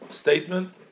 statement